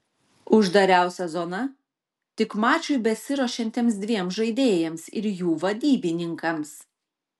uždariausia zona tik mačui besiruošiantiems dviem žaidėjams ir jų vadybininkams